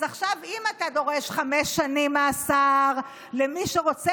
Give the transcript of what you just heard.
אז אם אתה דורש חמש שנים מאסר למי שרוצה